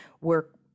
work